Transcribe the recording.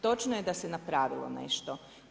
Točno je da se napravilo nešto.